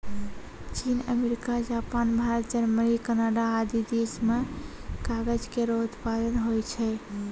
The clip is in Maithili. चीन, America, Japan, Bharat, Germany, Canada आदि देस म कागज केरो उत्पादन होय छै